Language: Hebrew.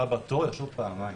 הבא בתור יחשוב פעמיים.